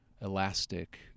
elastic